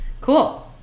cool